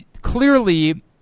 clearly –